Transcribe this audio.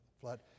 Flood